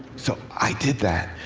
so i did that.